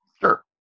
Sure